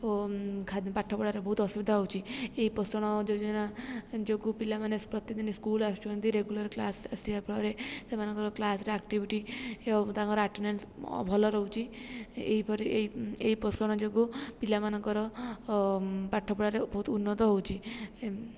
ଓ ପାଠପଢ଼ାରେ ବହୁତ ଅସୁବିଧା ହେଉଛି ଏହି ପୋଷଣ ଯୋଜନା ଯୋଗୁଁ ପ୍ରତିଦିନି ସ୍କୁଲ ଆସୁଛନ୍ତି ରେଗୁଲାର୍ କ୍ଲାସ୍ ଆସିବା ଫଳରେ ସେମାନଙ୍କର କ୍ଲାସ୍ରେ ଆକ୍ଟିଭିଟି ଏବଂ ତାଙ୍କର ଆଟେଣ୍ଡାନ୍ସ ଭଲ ରହୁଛି ଏହିପରି ଏହି ପୋଷଣ ଯୋଗୁଁ ପିଲାମାନଙ୍କର ଓ ପାଠପଢ଼ାରେ ବହୁତ ଉନ୍ନତ ହେଉଛି